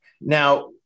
Now